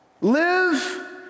Live